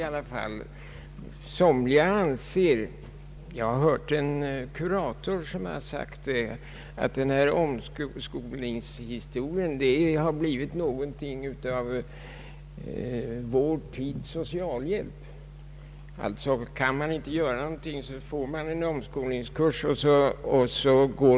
Jag har hört en kurator säga att omskolningen har blivit någonting av vår tids socialhjälp. Kan man inte göra någonting annat, går man på en omskolningskurs.